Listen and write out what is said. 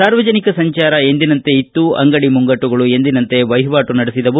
ಸಾರ್ವಜನಿಕ ಸಂಚಾರ ಎಂದಿನಂತೆ ಇತ್ತು ಅಂಗಡಿ ಮುಂಗಟ್ಟುಗಳು ಎಂದಿನಂತೆ ವಹಿವಾಟು ನಡೆಸಿದವು